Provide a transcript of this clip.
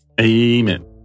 Amen